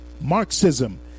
Marxism